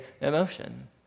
emotion